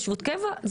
לתושבות קבע?